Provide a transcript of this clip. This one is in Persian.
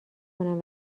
کنم